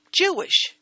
Jewish